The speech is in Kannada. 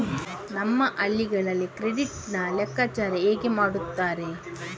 ನಮ್ಮ ಹಳ್ಳಿಗಳಲ್ಲಿ ಕ್ರೆಡಿಟ್ ನ ಲೆಕ್ಕಾಚಾರ ಹೇಗೆ ಮಾಡುತ್ತಾರೆ?